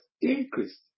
increased